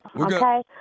Okay